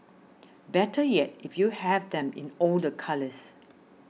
better yet if you have them in all the colours